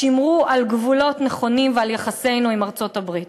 שמרו על גבולות נכונים ועל יחסינו עם ארצות-הברית.